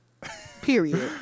Period